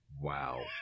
Wow